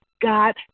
God